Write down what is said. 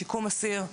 שיקום אסיר,